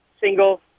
single